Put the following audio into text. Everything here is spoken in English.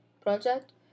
project